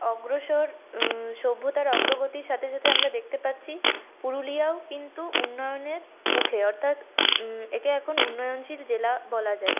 অগ্রসর সভ্যতার অগ্রগতির সাথে সাথে আমরা দেখতে পাচ্ছি পুরুলিয়াও কিন্তু উন্নয়নের মুখে অর্থাৎ একে এখন উন্নয়নশীল জেলা বলা যায়